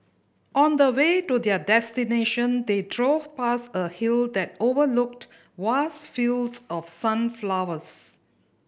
on the way to their destination they drove past a hill that overlooked vast fields of sunflowers